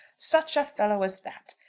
such a fellow as that,